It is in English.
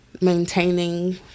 maintaining